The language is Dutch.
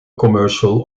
commercial